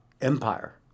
empire